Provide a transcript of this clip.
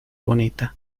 bonita